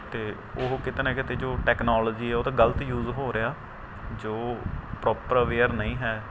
ਅਤੇ ਉਹ ਕਿਤੇ ਨਾ ਕਿਤੇ ਜੋ ਟੈਕਨੋਲਜੀ ਹੈ ਉਹ ਤਾਂ ਗਲਤ ਯੂਜ ਹੋ ਰਿਆ ਜੋ ਪ੍ਰੋਪਰ ਅਵੇਅਰ ਨਹੀਂ ਹੈ